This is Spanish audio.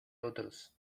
otros